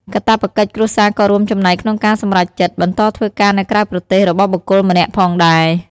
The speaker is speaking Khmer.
កាតព្វកិច្ចគ្រួសារក៏រួមចំណែកក្នុងការសម្រេចចិត្ត បន្តធ្វើការនៅក្រៅប្រទេសរបស់បុគ្គលម្នាក់ផងដែរ។